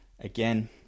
Again